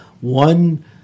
one